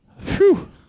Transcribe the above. phew